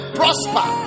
prosper